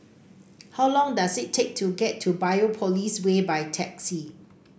how long does it take to get to Biopolis Way by taxi